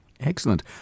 Excellent